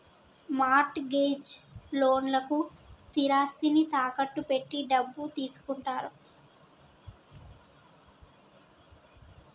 mart gauge లోన్లకు స్థిరాస్తిని తాకట్టు పెట్టి డబ్బు తీసుకుంటారు